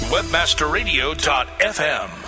WebmasterRadio.fm